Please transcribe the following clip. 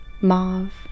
mauve